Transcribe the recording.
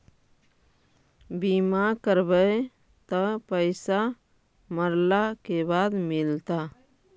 बिमा करैबैय त पैसा मरला के बाद मिलता?